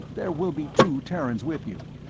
there will be two terrans with you.